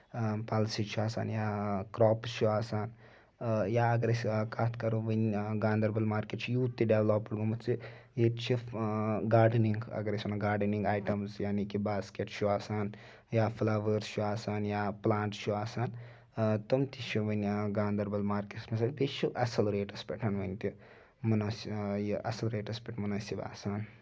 policy چھُ آسان یا کراپٕس چھُ آسان یا اَگر أسۍ کَتھ کَرو وۄنۍ گاندربَل مارکیٚٹ چھُ یوٗت تہِ ڈیولوپ گوٚمُت زِ ییٚتہِ چھِ گارڈنِگ اگر أسۍ ونو گارڈِنگ ایٹمٕز یعنی کہِ باسکیٹ چھُ آسان یا فٕلوٲرٕس چھُِ آسان یا پٕلانٹٕس چھِ آسان تِم تہِ چھِ وۄنۍ گاندربل مارکیٚٹس منٛز بیٚیہِ چھِ اَصٕل ریٹَس پٮ۪ٹھ وۄنۍ تہِ منٲسب یہِ اَصٕل ریٹَس پٮ۪ٹھ مُنٲسِب آسان